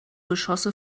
geschosse